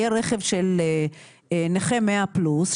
יהיה רכב של נכה 100 פלוס,